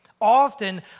Often